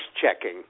checking